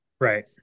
right